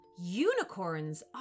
unicorns